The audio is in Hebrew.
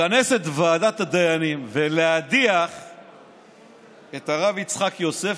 לכנס את ועדת הדיינים ולהדיח את הרב יצחק יוסף